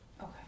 Okay